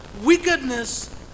wickedness